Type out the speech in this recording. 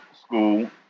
school